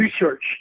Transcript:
research